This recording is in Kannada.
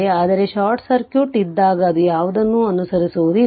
ಆದರೆ ಶಾರ್ಟ್ ಸರ್ಕ್ಯೂಟ್ ಇದ್ದಾಗ ಅದು ಯಾವುದನ್ನೂ ಅನುಸರಿಸುವುದಿಲ್ಲ